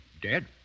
Dead